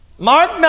Mark